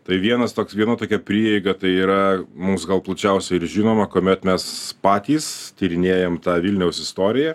tai vienas toks viena tokia prieiga tai yra mums gal plačiausiai ir žinoma kuomet mes patys tyrinėjam tą vilniaus istoriją